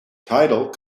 title